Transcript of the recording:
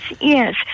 yes